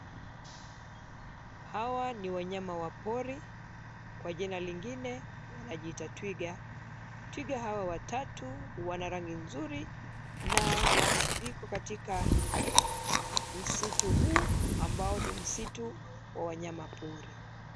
Hawa ni wanyama wa pori kwa jina lingine wanajiita twiga. Twiga hawa watatu wana rangi mzuri na wako katika msitu huu ambao ni msitu wa wanyama pori.